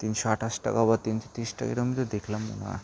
তিনশো আঠাশ টাকা বা তিনশো তিরিশ টাকা এরমই তো দেখলাম মনে হয়